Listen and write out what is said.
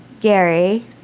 Gary